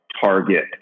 Target